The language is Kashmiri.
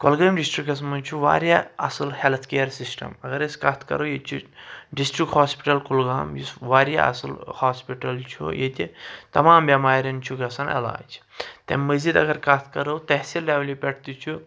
کۄلگٲمۍ ڈِسٹرکَس منٛز چھُ واریاہ اصل ہیٚلتھ کِیر سِسٹم اگر أسۍ کتھ کرو ییٚتہِ چھِ ڈِسٹرک ہوسپِٹل کُلگام یُس واریاہ اصل ہوسپِٹل چھُ ییٚتہِ تمام بؠمارؠن چھُ گژھان علاج تمہِ مٔزیٖد اگر کتھ کرو تحسیٖل لیولہِ پؠٹھ تہِ چھُ